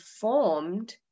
formed